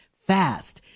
fast